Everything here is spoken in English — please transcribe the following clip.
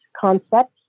Concepts